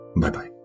Bye-bye